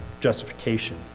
justification